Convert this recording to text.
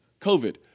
COVID